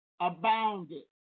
abounded